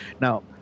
Now